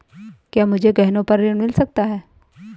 क्या मुझे गहनों पर ऋण मिल सकता है?